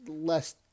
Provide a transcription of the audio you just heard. less